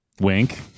Wink